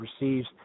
receives